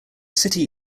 city